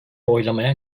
oylamaya